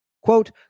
Quote